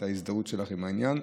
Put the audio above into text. את ההזדהות שלך עם העניין.